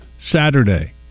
Saturday